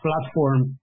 platform